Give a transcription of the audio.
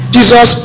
Jesus